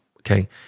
okay